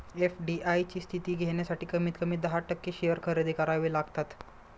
FDI ची स्थिती घेण्यासाठी कमीत कमी दहा टक्के शेअर खरेदी करावे लागतात